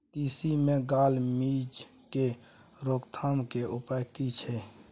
तिसी मे gall midge के रोकथाम के उपाय की छै?